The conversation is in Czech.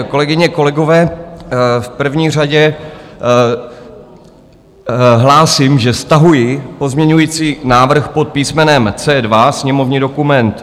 Kolegyně, kolegové, v první řadě hlásím, že stahuji pozměňující návrh pod písmenem C2, sněmovní dokument 1828.